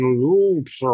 loops